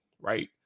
right